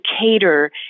cater